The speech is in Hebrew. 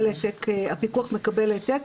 הפיקוח מקבל העתק.